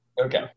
Okay